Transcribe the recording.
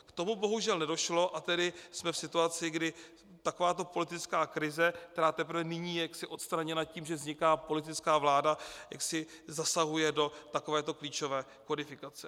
K tomu bohužel nedošlo, a tedy jsme v situaci, kdy takováto politická krize, která teprve nyní je jaksi odstraněna tím, že vzniká politická vláda, jaksi zasahuje do takovéto klíčové kodifikace.